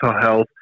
health